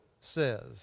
says